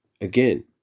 again